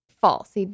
False